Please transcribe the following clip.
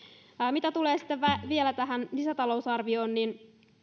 mitä tulee vielä tähän lisätalousarvioon niin